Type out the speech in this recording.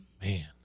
Man